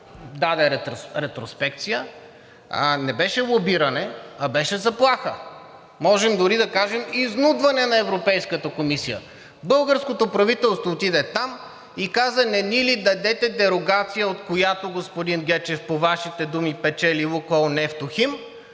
даде ретроспекция, не беше лобиране, а беше заплаха, можем дори да кажем и изнудване на Европейската комисия. Българското правителство отиде там и каза: „Не ни ли дадете дерогация, от която, господин Гечев, по Вашите думи печели „Лукойл Нефтохим“,